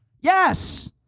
Yes